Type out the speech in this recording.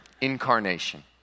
Incarnation